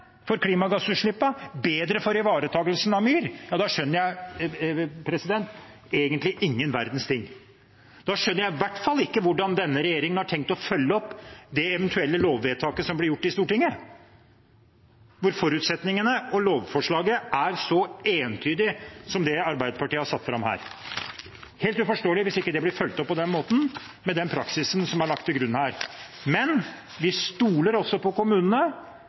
for klimagassutslippene, bedre for ivaretakelsen av myr, da skjønner jeg egentlig ingen verdens ting. Da skjønner jeg i hvert fall ikke hvordan denne regjeringen har tenkt å følge opp det eventuelle lovvedtaket som blir gjort i Stortinget, når forutsetningene og lovforslaget er så entydig som det Arbeiderpartiet har satt fram her. Det er helt uforståelig hvis det ikke blir fulgt opp på den måten, med den praksisen, som er lagt til grunn her. Vi stoler også på kommunene